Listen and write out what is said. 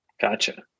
Gotcha